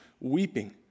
weeping